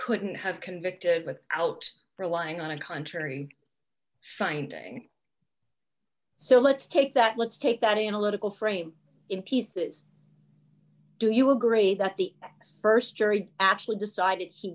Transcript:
couldn't have convicted without relying on a contrary finding so let's take that let's take that analytical frame in pieces do you agree that the st jury actually decided he